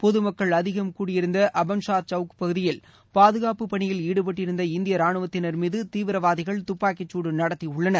பொது மக்கள் அதிகம் கூடியிருந்த அபன்ஷா கவுக் பகுதியில் பாதுகாப்புப் பணியில் ஈடுபட்டிருந்த இந்திய ராணுவத்தினர் மீது தீவிரவாதிகள் துப்பாக்கிச்சூடு நடத்தியுள்ளனர்